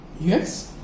Yes